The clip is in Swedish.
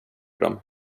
dem